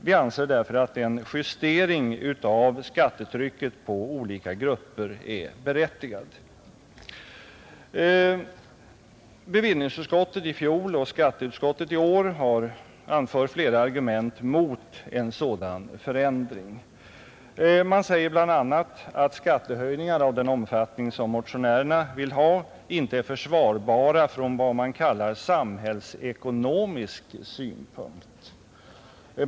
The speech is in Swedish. Vi anser därför att en justering av skattetrycket på olika grupper är berättigad. Bevillningsutskottet i fjol och skatteutskottet i år har anfört flera argument mot en sådan förändring. Man säger bl.a. att skattehöjningar av den omfattning som motionärerna vill ha inte är försvarbara från vad man kallar samhällsekonomisk synpunkt.